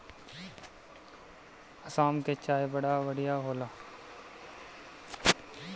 आसाम के चाय बड़ा बढ़िया होला